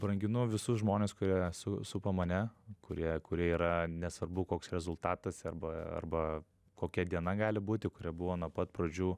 branginu visus žmones kurie su supa mane kurie kurie yra nesvarbu koks rezultatas arba arba kokia diena gali būti kurie buvo nuo pat pradžių